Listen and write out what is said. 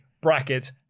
Bracket